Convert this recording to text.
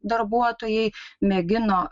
darbuotojai mėgino